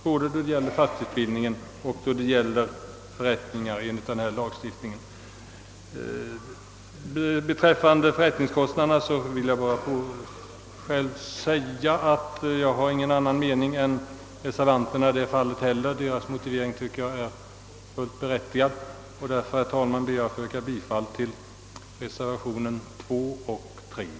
Beträffande förrättningskostnaderna vill jag bara framhålla att jag inte heller härvidlag har någon annan mening än reservanterna. Deras motivering finner jag helt berättigad och ber därför, herr talman, få yrka bifall till reservationerna II och III.